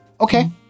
Okay